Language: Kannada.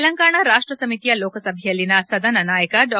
ತೆಲಂಗಾಣ ರಾಷ್ಲ ಸಮಿತಿಯ ಲೋಕಸಭೆಯಲ್ಲಿನ ಸದನ ನಾಯಕ ಡಾ